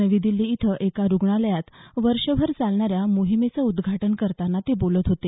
नवी दिल्ली इथं एका रूग्णालयात वर्षभर चालणाऱ्या मोहिमेचं उद्घाटन करताना ते बोलत होते